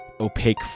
opaque